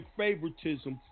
favoritism